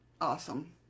Awesome